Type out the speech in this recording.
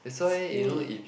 screw it